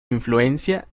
influencia